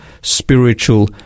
Spiritual